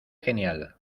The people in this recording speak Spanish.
genial